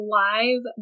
live